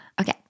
Okay